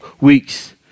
weeks